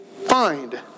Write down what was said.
find